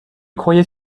croyait